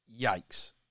yikes